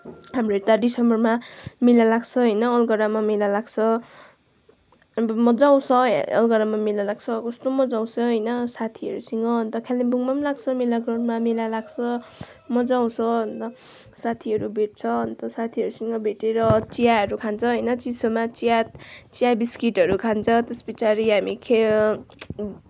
हाम्रो त्यहाँ दिसम्बरमा मेला लाग्छ होइन अङ्कारामा मेला लाग्छ अब मजा आउँछ अङ्कारामा मेला लाग्छ कस्तो मजा आउँछ होइन साथीहरूसँग अन्त कालिम्पोङमा पनि लाग्छ मेला ग्राउन्डमा मेला लाग्छ मजा आउँछ अन्त साथीहरू भेट्छ अन्त साथीहरूसँग भेटेर चियाहरू खान्छ होइन चिसोमा चिया चिया बिस्किटहरू खान्छ त्यस पछाडि हामी खे